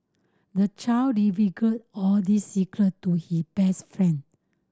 the child all the secret to his best friend